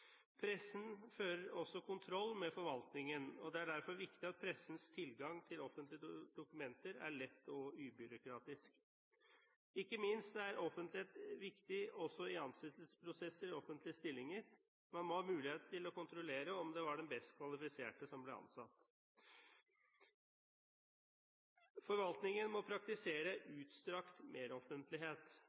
Pressen fører også kontroll med forvaltningen, og det er derfor viktig at pressens tilgang til offentlige dokumenter er lett og ubyråkratisk. Ikke minst er offentlighet viktig også i ansettelsesprosesser til offentlige stillinger. Man må ha mulighet til å kontrollere om det var den best kvalifiserte som ble ansatt. Forvaltningen må praktisere utstrakt meroffentlighet.